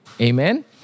Amen